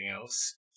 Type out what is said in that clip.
else